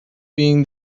being